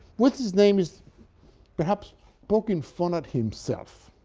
with this name, is perhaps poking fun at himself,